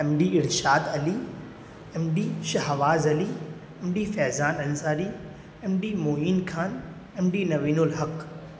M D Irshad Ali M D Shahbaz Ali M D Faizan Ansari M D Moin Khan M D Naveen ul Haq